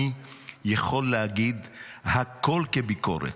אני יכול להגיד הכול כביקורת,